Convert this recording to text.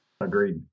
Agreed